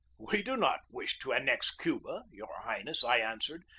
we do not wish to annex cuba, your highness, i answered,